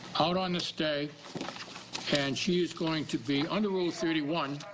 held on a stay and she is going to be under rule thirty one,